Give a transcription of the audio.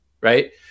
right